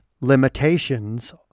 limitations